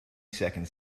second